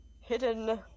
hidden